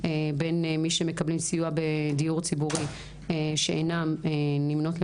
בין מי שמקבלים סיוע בדיור ציבורי שאינן נמנות על